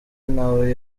ntawe